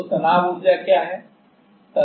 तो तनाव ऊर्जा क्या है